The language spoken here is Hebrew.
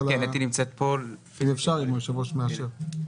אם אפשר, אם היושב-ראש מאשר.